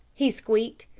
he squeaked.